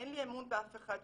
"אין לי אמון באף אחד יותר",